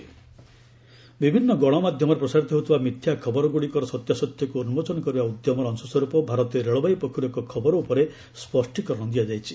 ଫ୍ୟାକୁ check railway ବିଭିନ୍ନ ଗଣମାଧ୍ୟମରେ ପ୍ରସାରିତ ହେଉଥିବା ମିଥ୍ୟା ଖବରଗୁଡ଼ିକୁର ସତ୍ୟାସତ୍ୟକୁ ଉନ୍ମୋଚନ କରିବା ଉଦ୍ୟମର ଅଂଶସ୍ୱରୂପ ଭାରତୀୟ ରେଳବାଇ ପକ୍ଷରୁ ଏକ ଖବର ଉପରେ ସ୍ୱଷ୍ଟିକରଣ ଦିଆଯାଇଛି